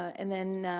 and then